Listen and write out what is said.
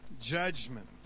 judgment